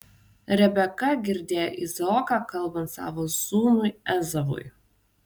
rebeka girdėjo izaoką kalbant savo sūnui ezavui